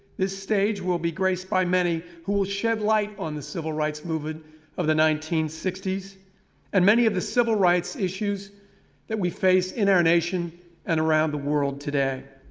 this stage will be graceed by many who will shed light on the civil rights movement of the nineteen sixty s and many of the civil rights issues that we face in our nation and around the world today.